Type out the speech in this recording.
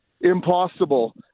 impossible